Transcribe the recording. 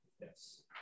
Yes